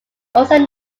also